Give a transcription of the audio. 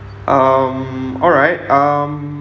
um alright um